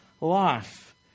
life